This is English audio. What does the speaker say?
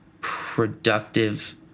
productive